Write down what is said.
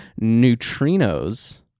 neutrinos